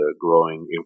growing